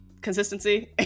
consistency